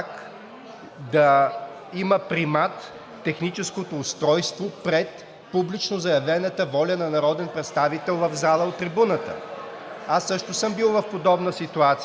как да приемат техническото устройство пред публично заявената воля на народен представител в залата – от трибуната. Аз също съм бил в подобна ситуация.